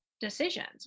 decisions